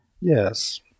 Yes